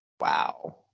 Wow